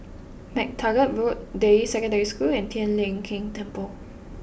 MacTaggart Road Deyi Secondary School and Tian Leong Keng Temple